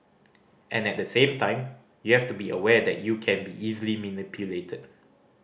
and at the same time you have to be aware that you can be easily manipulated